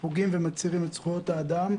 שפוגעים ומצרים את זכויות האדם,